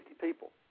people